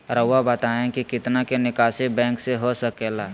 रहुआ बताइं कि कितना के निकासी बैंक से हो सके ला?